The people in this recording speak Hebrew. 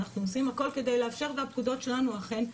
ואנחנו עושים הכול כדי לאפשר וזה מה שהפקודות שלנו אומרות.